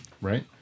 Right